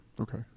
Okay